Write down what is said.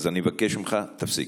אז אני מבקש ממך, תפסיק,